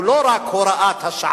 הוא לא רק הוראת השעה,